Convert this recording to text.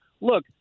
look